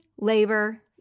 labor